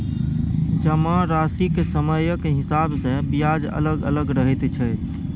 जमाराशिक समयक हिसाब सँ ब्याज अलग अलग रहैत छै